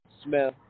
smell